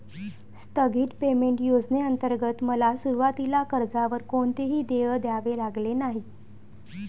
स्थगित पेमेंट योजनेंतर्गत मला सुरुवातीला कर्जावर कोणतेही देय द्यावे लागले नाही